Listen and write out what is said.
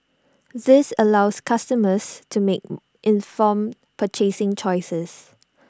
this allows customers to make informed purchasing choices